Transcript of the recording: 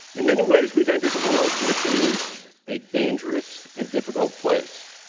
in many ways, we've entered a world which is a dangerous and difficult place,